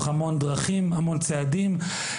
המון דרכים והמון צעדים.